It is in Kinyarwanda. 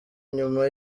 nyuma